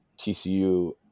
TCU